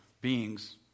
beings